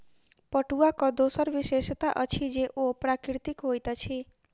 पटुआक दोसर विशेषता अछि जे ओ प्राकृतिक होइत अछि